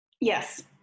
Yes